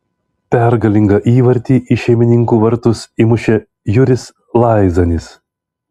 pergalingą įvartį į šeimininkų vartus įmušė juris laizanis